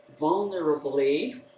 vulnerably